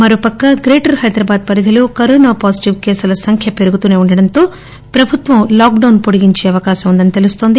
మరోపక్క గ్రేటర్ హైదరాబాద్ పరిధిలో corona positive కేసుల సంఖ్య పెరుగుతూసే ఉండడంతో ప్రభుత్వం లాక్లాస్ పొడిగించే అవకాశం ఉందని తెలుస్తుంది